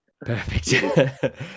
Perfect